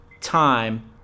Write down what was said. time